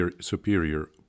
Superior